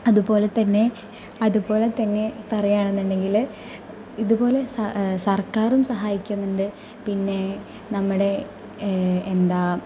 അതുപോലെതന്നെ അതുപോലെതന്നെ പറയുകയാണെങ്കില് ഇതുപോലെ സർക്കാരും സഹായിക്കുന്നുണ്ട് പിന്നെ നമ്മുടെ എന്താ